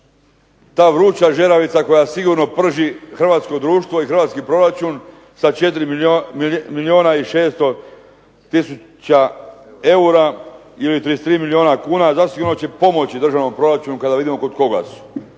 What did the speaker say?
ta vruća žeravica koja sigurno prži hrvatsko društvo i hrvatski proračun sa 4 milijuna i 600 tisuća eura ili 33 milijuna kuna zasigurno će pomoći državnom proračunu kada vidimo kod koga su.